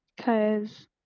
cause